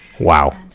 Wow